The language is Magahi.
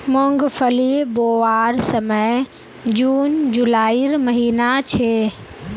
मूंगफली बोवार समय जून जुलाईर महिना छे